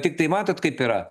tiktai matot kaip yra